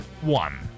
one